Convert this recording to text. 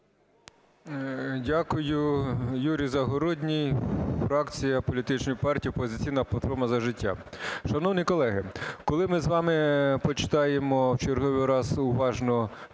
Дякую. Юрій Загородній, фракція політичної партії "Опозиційна платформа – За життя". Шановні колеги, коли ми з вами почитаємо в черговий раз уважно